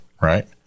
right